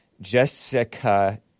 Jessica